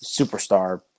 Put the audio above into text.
superstar